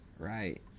right